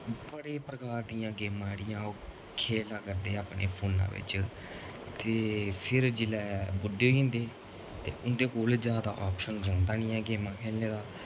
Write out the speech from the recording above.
बड़े प्रकार दियां गेमां जेह्ड़ियां ओह् खेला करदे अपने फोना बिच्च ते फिर जेल्लै बुड्डे होई जंदे ते उं'दे कोल जादा आप्शन रौंह्दा निं ऐ गेमां खेलने दा